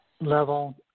level